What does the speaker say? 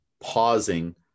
pausing